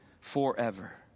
forever